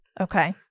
Okay